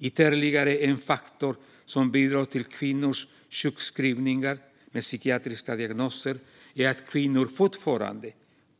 Ytterligare en faktor som bidrar till kvinnors sjukskrivningar med psykiatriska diagnoser är att kvinnor fortfarande